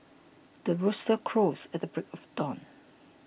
the rooster crows at the break of dawn